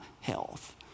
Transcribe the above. health